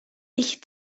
ich